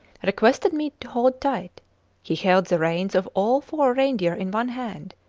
requested me to hold tight he held the reins of all four reindeer in one hand,